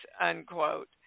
unquote